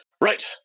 Right